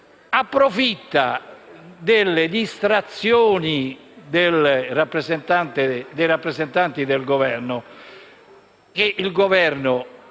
approfitta delle distrazioni dei rappresentanti del Governo, l'Esecutivo